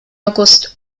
august